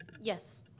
Yes